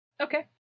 Okay